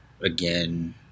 again